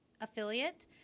affiliate